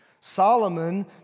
Solomon